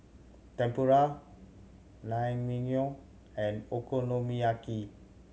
Tempura Naengmyeon and Okonomiyaki